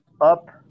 up